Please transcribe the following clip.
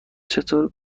چطور